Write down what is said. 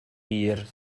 wir